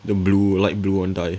the blue light blue [one] die